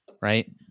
right